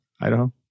Idaho